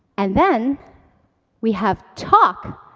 and then we have talk,